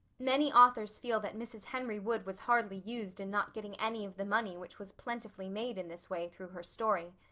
many authors feel that mrs. henry wood was hardly used in not getting any of the money which was plentifully made in this way through her story.